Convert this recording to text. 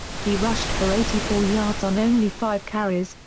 he rushed for eighty four yards on only five carries,